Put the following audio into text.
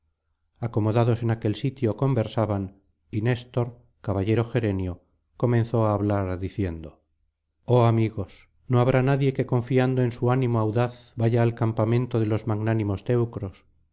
acomodados en aquel sitio conversaban y néstor caballero gerenio comenzó á hablar diciendo oh amigos no habrá nadie que confiando en su ánimo audaz vaya al campamento de los magnánimos teucros